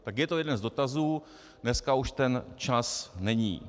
Tak je to jeden z dotazů, dneska už ten čas není.